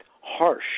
harsh